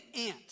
ant